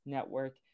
Network